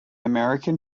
american